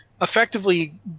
effectively